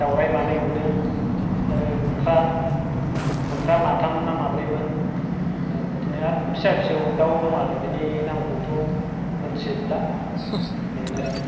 दावराइ मानै नुदों आरो मोख्रा मोख्रा माथामना माब्रैमोन बिदिनो आरो फिसा फिसौ दाव दं आरो बिनि नामफोरखौथ' मिथिजोबला बेनो आरो